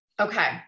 Okay